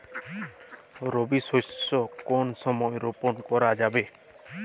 রবি শস্য কোন সময় রোপন করা যাবে?